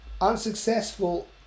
Unsuccessful